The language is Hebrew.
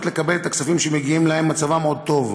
לקבל את הכספים שמגיעים להם מצבם עוד טוב.